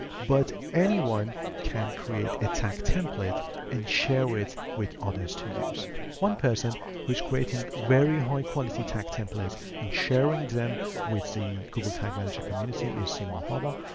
but anyone can create a tag template and share it with others to use one person who's creating very high quality tag templates and sharing them with the google tag manager community is seymour haba.